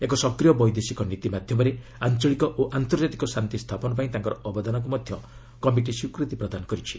ଏକ ସକ୍ରିୟ ବୈଦେଶିକ ନୀତି ମାଧ୍ୟମରେ ଆଞ୍ଚଳିକ ଓ ଆନ୍ତର୍ଜାତିକ ଶାନ୍ତି ସ୍ଥାପନ ପାଇଁ ତାଙ୍କର ଅବଦାନକୁ ମଧ୍ୟ କମଟି ସ୍ୱିକୃତୀ ପ୍ରଦାନ କରିଛି